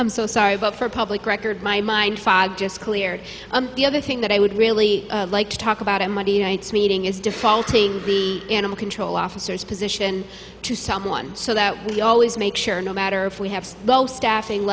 i'm so sorry but for public record my mind fog just cleared up the other thing that i would really like to talk about in monday night's meeting is defaulting animal control officers position to someone so that we always make sure no matter if we have staffing